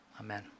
Amen